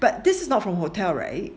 but this is not from hotel right